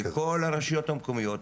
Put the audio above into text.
לכל הרשויות המקומיות,